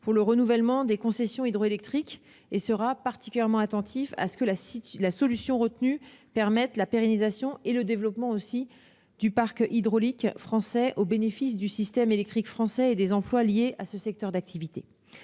pour le renouvellement des concessions hydroélectriques. Il sera particulièrement attentif à ce que la solution retenue permette la pérennisation et le développement du parc hydraulique français, au bénéfice du système électrique français et des emplois liés à ce secteur d'activité.